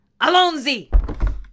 Alonzi